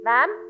Ma'am